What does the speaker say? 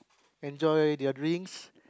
enjoy their drinks